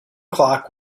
clock